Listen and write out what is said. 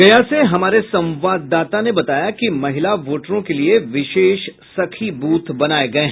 गया से हमारे संवाददाता ने बताया कि महिला वोटरों के लिए विशेष सखी बूथ बनाये गये हैं